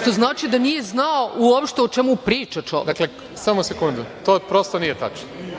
što znači da nije znao uopšte o čemu priča čovek. **Radomir Lazović** Samo sekund, to prosto nije tačno.